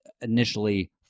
initially